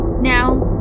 Now